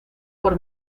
por